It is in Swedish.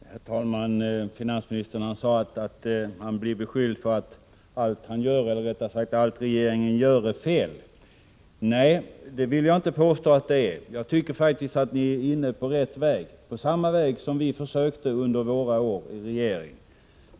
Herr talman! Finansministern sade att han blir beskylld för att allt vad regeringen gör är fel. Nej, så vill jag inte påstå att det är. Jag tycker faktiskt att ni är på rätt väg, samma väg som vi försökte gå under våra år i regeringsställning.